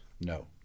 No